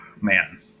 Man